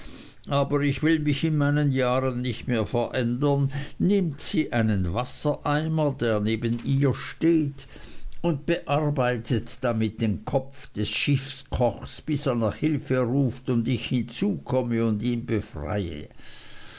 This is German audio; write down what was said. aber ich will mich in meinen jahren nicht mehr verändern nimmt sie einen wassereimer der neben ihr steht und bearbeitet damit den kopf des schiffskochs bis er nach hilfe ruft und ich hinzukomme und ihn befreie